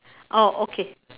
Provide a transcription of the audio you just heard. oh okay